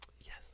Yes